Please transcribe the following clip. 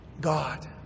God